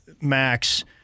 Max